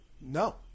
no